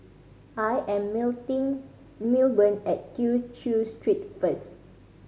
I am Milburn at Tew Chew Street first